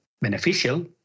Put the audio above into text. beneficial